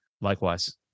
Likewise